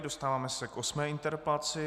Dostáváme se k osmé interpelaci.